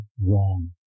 wrong